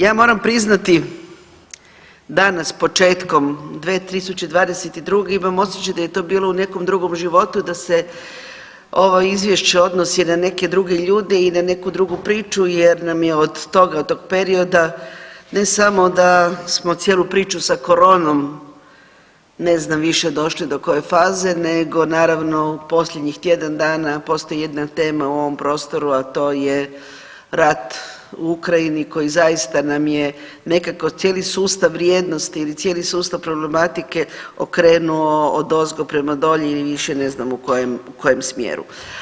Ja moram priznati danas početkom 2022. imam osjećaj da je to bilo u nekom drugom životu i da se ovo izvješće odnosi na neke druge ljude i na neku drugu priču jer nam je od toga, od tog perioda ne samo da smo cijelu priču sa koronom ne znam više došli do koje faze, nego naravno posljednjih tjedan dana postoji jedna tema u ovom prostoru, a to je rat u Ukrajini koji zaista nam je nekako cijeli sustav vrijednosti ili cijeli sustav problematike okrenuo odozgo prema dolje i više ne znamo u kojem, u kojem smjeru.